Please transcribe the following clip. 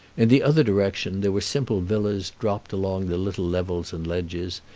in the other direction there were simple villas dropped along the little levels and ledges,